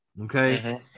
okay